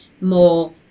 more